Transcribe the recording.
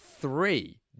three